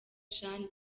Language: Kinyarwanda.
jeanne